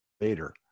later